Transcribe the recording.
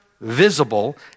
visible